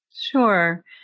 Sure